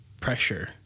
pressure